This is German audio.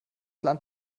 land